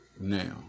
now